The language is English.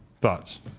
Thoughts